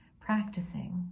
practicing